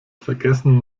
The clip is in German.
vergessen